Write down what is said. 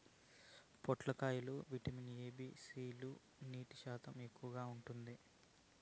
పొట్లకాయ లో vitamin A, B, C లు, నీటి శాతం ఎక్కువగా ఉంటాది